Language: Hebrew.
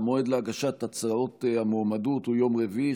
המועד להגשת הצעות המועמדות הוא יום רביעי,